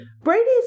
Brady's